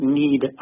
need